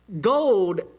Gold